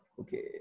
okay